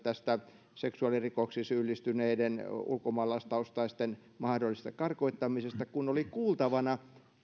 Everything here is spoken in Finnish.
seksuaalirikoksiin syyllistyneiden ulkomaalaistaustaisten mahdollisesta karkottamisesta ja kun kuultavana olivat